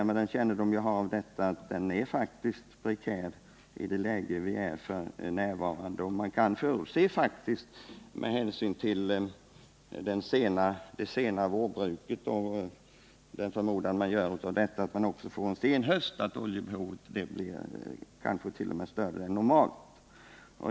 Med den kännedom jag har om lantbrukets förhållanden vill jag framhålla att situationen faktiskt är prekär f. n., och man kan förutse — med hänsyn till det sena vårbruket och den förmodan detta leder till, att också höstbruket blir sent — att oljebehovet kanske t.o.m. blir större än normalt.